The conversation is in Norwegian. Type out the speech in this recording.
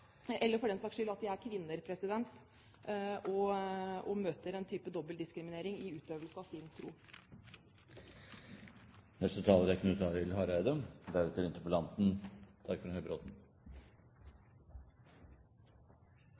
for den saks skyld at de er kvinner og møter en type dobbel diskriminering i utøvelsen av sin tro. Det er